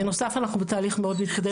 בנוסף אנחנו בתהליך מאוד מתקדם,